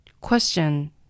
Question